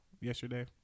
yesterday